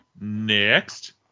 Next